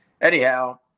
anyhow